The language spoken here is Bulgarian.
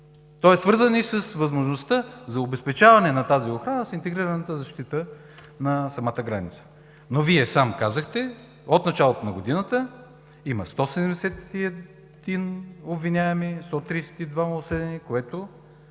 Той е свързан и с възможността за обезпечаване на тази охрана с интегрираната защита на самата граница, но Вие сам казахте, че от началото на годината има 171 обвиняеми, 132 осъдени, и